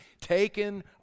taken